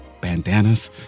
bandanas